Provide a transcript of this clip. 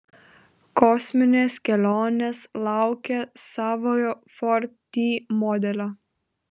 kosminės kelionės laukia savojo ford t modelio